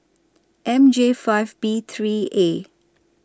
M J five B three A